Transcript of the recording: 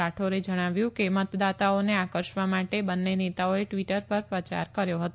રાઠોરે જણાવ્યું કે મતદાતાઓને આકર્ષવા માટે બંને નેતાઓએ ટ્વીટર પર પ્રચાર કર્યો હતો